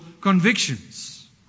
convictions